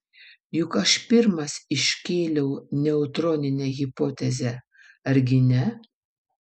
juk aš pirmas iškėliau neutroninę hipotezę argi ne